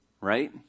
Right